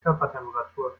körpertemperatur